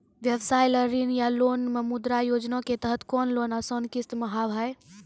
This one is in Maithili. व्यवसाय ला ऋण या लोन मे मुद्रा योजना के तहत कोनो लोन आसान किस्त मे हाव हाय?